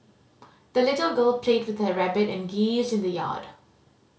the little girl played with her rabbit and geese in the yard